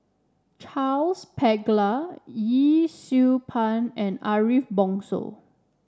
Charles Paglar Yee Siew Pun and Ariff Bongso